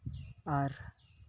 ᱟᱨ